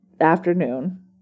afternoon